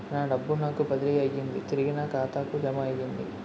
నా డబ్బు నాకు బదిలీ అయ్యింది తిరిగి నా ఖాతాకు జమయ్యింది